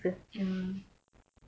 ya